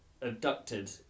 abducted